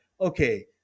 okay